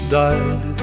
died